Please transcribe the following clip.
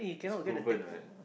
is proven what